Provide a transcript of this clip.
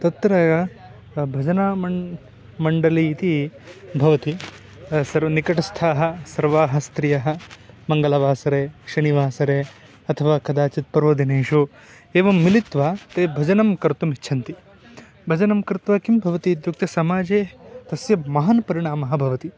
तत्र भजनामण्डली मण्डली इति भवति सर्वाः निकटस्थाः सर्वाः स्त्रियः मङ्गलवासरे शनिवासरे अथवा कदाचित् पर्वदिनेषु एवं मिलित्वा ते भजनं कर्तुमिच्छन्ति भजनं कृत्वा किं भवति इत्युक्ते समाजे तस्य महान् परिणामः भवति